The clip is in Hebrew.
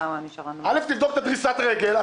א', תבדוק את דריסת הרגל.